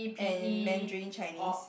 and Mandarin Chinese